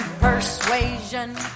persuasion